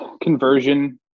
conversion